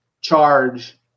charge